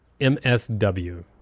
MSW